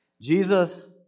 Jesus